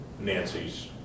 Nancy's